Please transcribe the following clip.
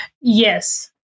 Yes